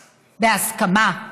בהסכמה,